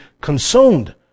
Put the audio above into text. consumed